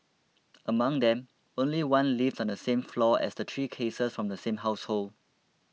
among them only one lived on the same floor as the three cases from the same household